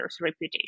reputation